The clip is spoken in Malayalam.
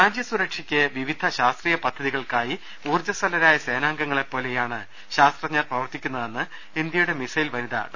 രാജ്യ സുരക്ഷയ്ക്ക് വിവിധ ശാസ്ത്രീയ പദ്ധതികൾക്കായി ഊർജ്ജ സ്വലരായ സേനാംഗങ്ങളെപ്പോലെയാണ് ശാസ്ത്രജ്ഞർ പ്രവർത്തിക്കു ന്നതെന്ന് ഇന്ത്യയുടെ മിസൈൽ വനിത ഡോ